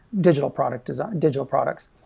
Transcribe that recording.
digital product design digital products.